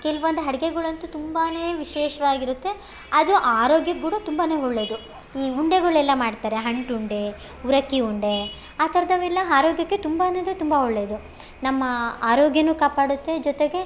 ಕೆಲ್ವೊಂದು ಅಡ್ಗೆಗಳಂತೂ ತುಂಬಾ ವಿಶೇಷವಾಗಿರುತ್ತೆ ಅದು ಆರೋಗ್ಯಕ್ ಕೂಡ ತುಂಬಾ ಒಳ್ಳೆಯದು ಈ ಉಂಡೆಗಳೆಲ್ಲ ಮಾಡ್ತಾರೆ ಅಂಟುಂಡೆ ಉರಕ್ಕಿ ಉಂಡೆ ಆ ಥರದವೆಲ್ಲ ಆರೋಗ್ಯಕ್ಕೆ ತುಂಬಾ ಅಂದರೆ ತುಂಬ ಒಳ್ಳೆಯದು ನಮ್ಮ ಆರೋಗ್ಯನೂ ಕಾಪಾಡುತ್ತೆ ಜೊತೆಗೆ